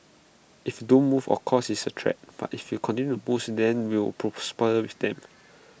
if don't move of course it's A threat but if you continue moves then we prosper with them